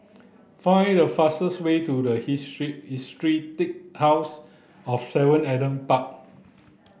find the fastest way to House of seven Adam Park